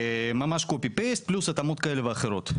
ממש קופי-פייסט, פלוס התאמות כאלה ואחרות.